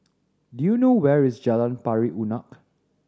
do you know where is Jalan Pari Unak